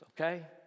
okay